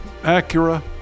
Acura